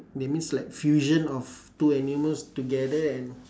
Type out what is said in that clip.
that means like fusion of two animals together and